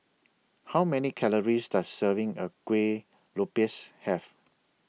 How Many Calories Does A Serving of Kuih Lopes Have